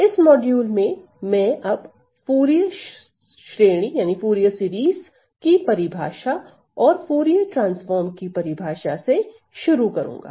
इस मॉड्यूल में मैं अब फूरिये श्रेणी की परिभाषा और फूरिये ट्रांसफार्म की परिभाषा से शुरू करूंगा